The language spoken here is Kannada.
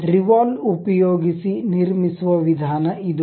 ರಿವಾಲ್ವ್ ಉಪಯೋಗಿಸಿ ನಿರ್ಮಿಸುವ ವಿಧಾನ ಇದು